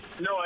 No